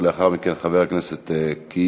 ולאחר מכן חבר הכנסת קיש,